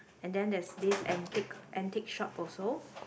and then there is this antique antique shop also